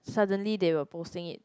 suddenly they were posting it